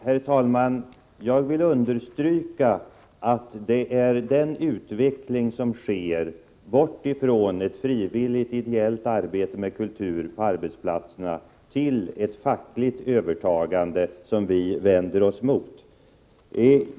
Herr talman! Jag vill understryka att det är utvecklingen bort från ett frivilligt ideellt arbete med kultur på arbetsplatserna till ett fackligt övertagande som vi vänder oss mot.